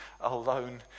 alone